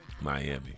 Miami